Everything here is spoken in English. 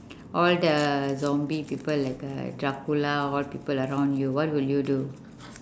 all the zombie people like uh dracula all people around you what will you do